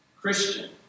Christian